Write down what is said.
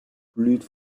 blüht